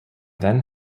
then